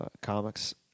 comics